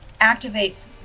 activates